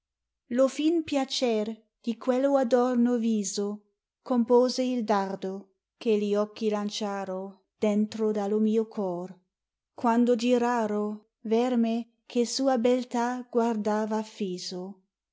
o fin piacer di quello adomo viso compose il dardo che gli occhi lanciaro dentro dallo mio cor quando giraro ver me the sua beltà guardava fiso